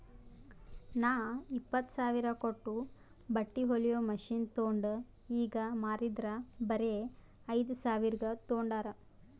ನಾ ಇಪ್ಪತ್ತ್ ಸಾವಿರ ಕೊಟ್ಟು ಬಟ್ಟಿ ಹೊಲಿಯೋ ಮಷಿನ್ ತೊಂಡ್ ಈಗ ಮಾರಿದರ್ ಬರೆ ಐಯ್ದ ಸಾವಿರ್ಗ ತೊಂಡಾರ್